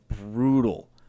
brutal